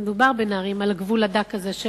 מדובר בנערים על הגבול הדק הזה,